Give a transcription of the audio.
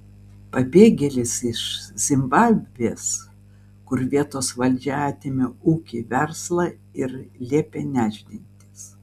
pabėgėlis iš zimbabvės kur vietos valdžia atėmė ūkį verslą ir liepė nešdintis